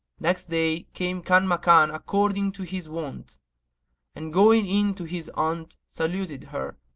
next day came kanmakan according to his wont and, going in to his aunt saluted her.